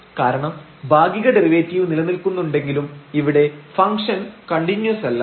കാരണം ഭാഗിക ഡെറിവേറ്റീവ് നിലനിൽക്കുന്നുണ്ടെങ്കിലും ഇവിടെ ഫംഗ്ഷൻ കണ്ടിന്യൂസല്ല